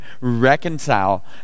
reconcile